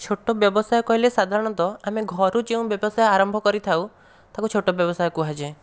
ଛୋଟ ବ୍ୟବସାୟ କହିଲେ ସାଧାରଣତଃ ଆମେ ଘରୁ ଯେଉଁ ବ୍ୟବସାୟ ଆରମ୍ଭ କରିଥାଉ ତାକୁ ଛୋଟ ବ୍ୟବସାୟ କୁହାଯାଏ